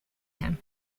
him